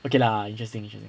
okay lah interesting interesting